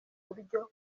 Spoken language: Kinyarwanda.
buryo